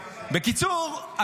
בקיצור,